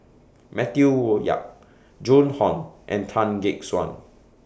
Matthew Yap Joan Hon and Tan Gek Suan